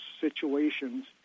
situations